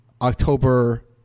October